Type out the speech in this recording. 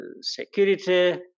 security